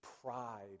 pride